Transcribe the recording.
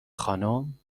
خانم